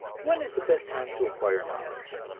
when is the best time to acquire knowledge?